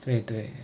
对对